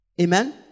Amen